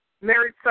married